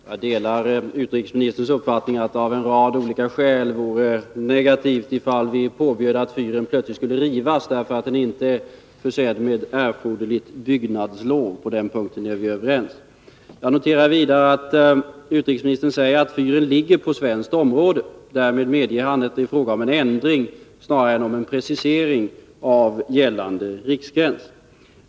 Fru talman! Jag delar utrikesministerns uppfattning att det av en rad olika skäl vore negativt ifall vi påbjöd att fyren skulle rivas därför att den inte är försedd med erforderligt byggnadslov. På den punkten är vi överens. Jag noterar vidare att utrikesministern säger att fyren ligger på svenskt område. Därmed medger han att det är fråga om en ändring snarare än en precisering av gällande riksgräns.